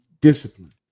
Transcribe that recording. discipline